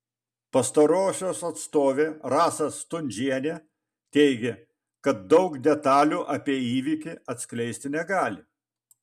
pastarosios atstovė rasa stundžienė teigė kad daug detalių apie įvykį atskleisti negali